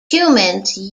humans